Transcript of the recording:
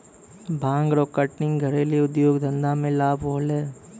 भांग रो कटनी घरेलू उद्यौग धंधा मे लाभ होलै